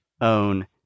own